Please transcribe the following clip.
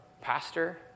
pastor